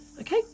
okay